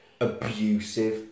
abusive